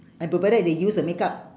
and provided they use the makeup